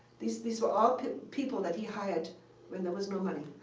these these were all people that he hired when there was no money.